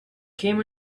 came